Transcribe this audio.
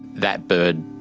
that bird,